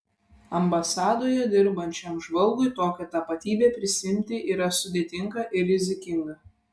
ambasadoje dirbančiam žvalgui tokią tapatybę prisiimti yra sudėtinga ir rizikinga